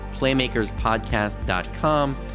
playmakerspodcast.com